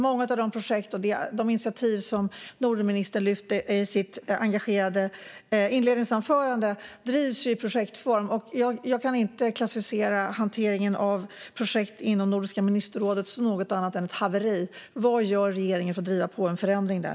Många av de projekt och initiativ som Nordenministern tog upp i sitt engagerade inledningsanförande drivs i projektform. Jag kan inte klassificera hanteringen av projekt inom Nordiska ministerrådet som något annat än ett haveri. Vad gör regeringen för att driva på en förändring där?